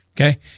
Okay